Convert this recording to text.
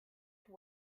wide